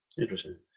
Interesting